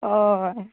ऑय